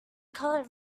color